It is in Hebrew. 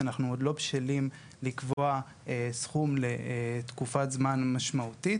הייתה שאנחנו עוד לא בשלים לקבוע סכום לתקופת זמן משמעותית.